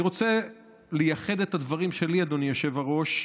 אני רוצה לייחד את הדברים שלי, אדוני היושב-ראש,